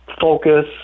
focus